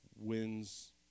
wins